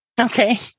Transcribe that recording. Okay